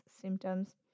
symptoms